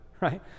right